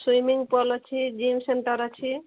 swimming pool ଅଛି gym centre ଅଛି